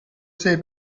sei